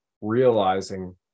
realizing